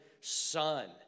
son